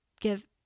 give